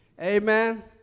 Amen